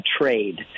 trade